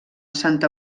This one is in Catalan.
santa